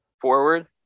Forward